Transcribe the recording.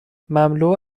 مملو